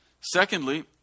Secondly